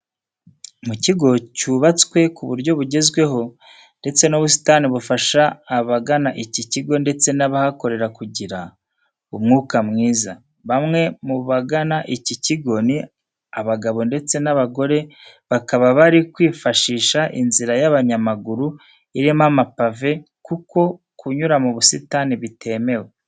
Mu kigo cyubatswe ku buryo bugezweho, ndetse n'ubusitani bufasha abagana iki kigo ndetse n'abahakorera kugira umwuka mwiza. Bamwe mu bagana iki kigo ni abagabo ndetse n'abagore bakaba bari kwifashisha inzira y'abanyamaguru irimo amapave kuko kunyura mu busitani bitemewe.